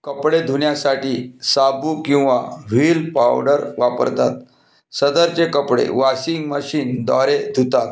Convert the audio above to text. कपडे धुण्यासाठी साबू किंवा व्हील पावडर वापरतात सदरचे कपडे वाशिंग मशीनद्वारे धुतात